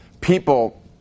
people